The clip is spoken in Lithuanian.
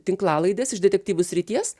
tinklalaides iš detektyvų srities